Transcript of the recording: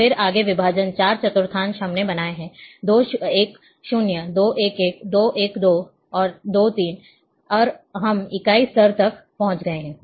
तो फिर आगे विभाजन 4 चतुर्थांश हमने बनाया है 2 1 0 2 1 1 2 1 2 और 2 3 और हम इकाई स्तर तक पहुंच गए हैं